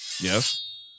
Yes